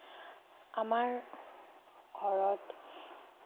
আমাৰ ঘৰত